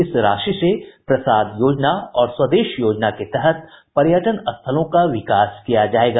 इस राशि से प्रसाद योजना और स्वदेश योजना के तहत पर्यटन स्थलों का विकास किया जायेगा